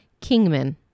Kingman